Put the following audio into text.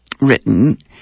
written